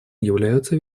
являются